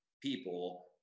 people